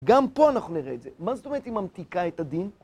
גם פה אנחנו נראה את זה. מה זאת אומרת אם ממתיקה את הדין?